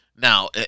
Now